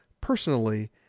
personally